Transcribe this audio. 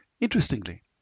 Interestingly